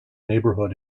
neighborhood